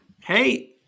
Hey